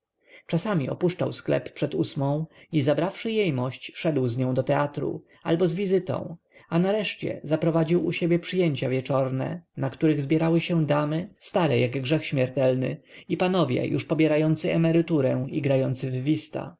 czasami opuszczał sklep przed ósmą i zabrawszy jejmość szedł z nią do teatru albo z wizytą a nareszcie zaprowadził u siebie przyjęcia wieczorne na których zbierały się damy stare jak grzech śmiertelny i panowie już pobierający emeryturę i grający w wista